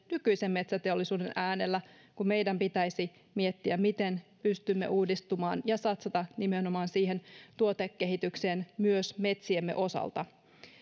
nykyisen metsäteollisuuden äänellä kun meidän pitäisi miettiä miten pystymme uudistumaan ja satsata nimenomaan tuotekehitykseen myös metsiemme osalta